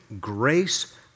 grace